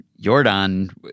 Jordan